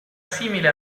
simile